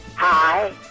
Hi